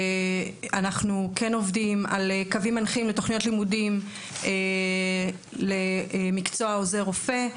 אנחנו כן עובדים על קווים מנחים לתוכניות לימודים למקצוע עוזר רופא.